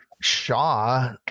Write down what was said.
Shaw